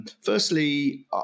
firstly